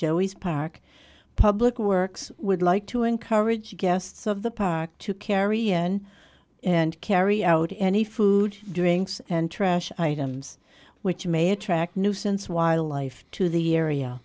joey's park public works would like to encourage guests of the park to carry on and carry out any food drinks and trash items which may attract nuisance wildlife to the area